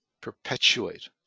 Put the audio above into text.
perpetuate